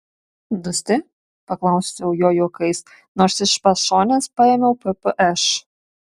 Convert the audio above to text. dusti paklausiau jo juokais nors iš pašonės paėmiau ppš